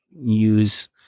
use